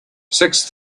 six